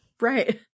Right